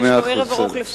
יש לו עוד ערב ארוך לפניו.